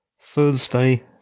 Thursday